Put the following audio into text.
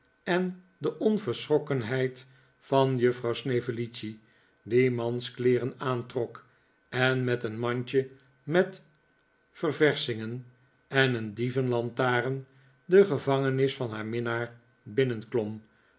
en de onverschrokkenheid van juffrouw snevellicci die manskleeren aantrok en met een mandje met ververschingen en een dievenlantaarn de gevangenis van haar minnaar binnenklom